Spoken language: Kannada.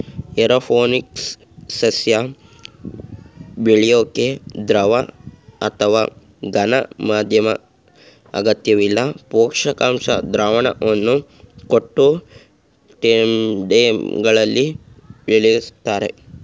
ಏರೋಪೋನಿಕ್ಸ್ ಸಸ್ಯ ಬೆಳ್ಯೋಕೆ ದ್ರವ ಅಥವಾ ಘನ ಮಾಧ್ಯಮ ಅಗತ್ಯವಿಲ್ಲ ಪೋಷಕಾಂಶ ದ್ರಾವಣವನ್ನು ಕೊಟ್ಟು ಟೆಂಟ್ಬೆಗಳಲ್ಲಿ ಬೆಳಿಸ್ತರೆ